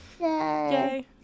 Yay